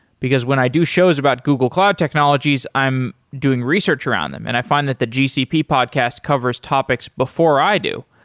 because when i do shows about google cloud technologies, i'm doing research around them, and i find that the gcp podcast covers topics before i do.